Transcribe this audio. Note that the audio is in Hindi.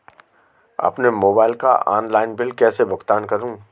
अपने मोबाइल का ऑनलाइन बिल कैसे भुगतान करूं?